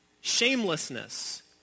Shamelessness